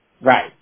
Right